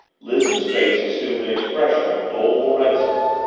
lizzie's face assumed an expression of doleful reticence.